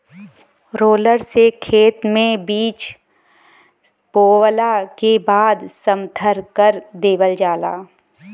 roller से खेत में बीज बोवला के बाद समथर कर देवल जाला